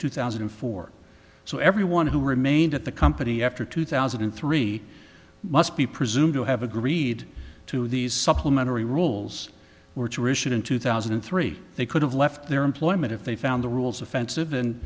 two thousand and four so everyone who remained at the company after two thousand and three must be presumed to have agreed to these supplementary rules were to issued in two thousand and three they could have left their employment if they found the rules offensive and